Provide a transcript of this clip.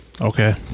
Okay